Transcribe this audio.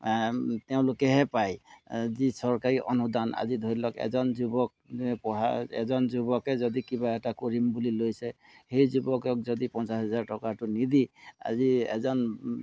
তেওঁলোকেহে পায় যি চৰকাৰী অনুদান আজি ধৰি লওক এজন যুৱকে পঢ়া এজন যুৱকে যদি কিবা এটা কৰিম বুলি লৈছে সেই যুৱকক যদি পঞ্চাছ হাজাৰ টকাটো নিদি আজি এজন